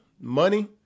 money